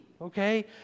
okay